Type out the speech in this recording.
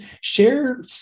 share